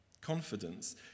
Confidence